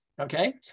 okay